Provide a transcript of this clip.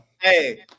hey